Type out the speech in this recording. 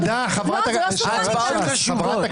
תודה, חברת הכנסת השכל.